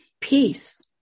peace